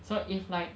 so if like